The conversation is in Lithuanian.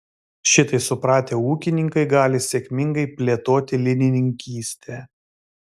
šitai supratę ūkininkai gali sėkmingai plėtoti linininkystę